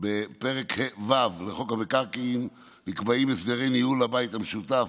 בפרק ו' לחוק המקרקעין נקבעים הסדרי ניהול לבית המשותף.